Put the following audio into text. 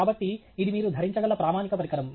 కాబట్టి ఇది మీరు ధరించగల ప్రామాణిక పరికరం